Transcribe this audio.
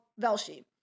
Velshi